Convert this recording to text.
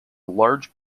large